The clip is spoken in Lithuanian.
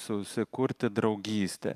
susikurti draugystę